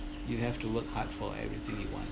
you have to work hard for everything you want